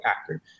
actor